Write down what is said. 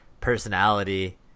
personality